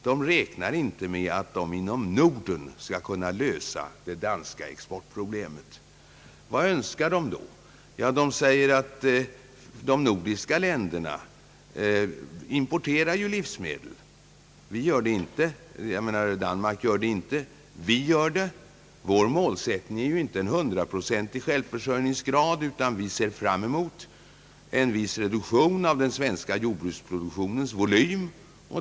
De räknar inte med att de genom kompensation inom de övriga nordiska länderna skall kunna lösa det danska exportproblemet. Vad önskar de då? Ja, de övriga nordiska länderna importerar ju livsmedel, vilket danskarna själva inte gör. Vi gör det t.ex. Vår målsättning är som bekant inte en hundraprocentig självförsörjningsgrad, utan vi ser fram emot en viss reduktion av den svenska jordbruksproduktionens volym.